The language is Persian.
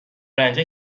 رنجه